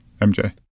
MJ